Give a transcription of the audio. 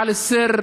על א-סר,